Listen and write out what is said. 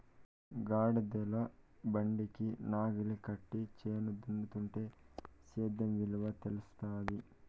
కాడెద్దుల బండికి నాగలి కట్టి చేను దున్నుతుంటే సేద్యం విలువ తెలుస్తాది